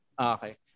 Okay